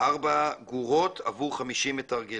ארבע גורות עבור 50 מתרגלים,